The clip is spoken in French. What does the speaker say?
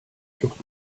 furent